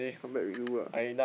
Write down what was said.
come back with you lah